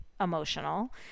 emotional